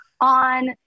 on